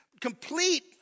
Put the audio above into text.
complete